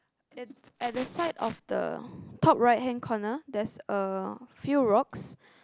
at at the side of the top right hand corner there's a few rocks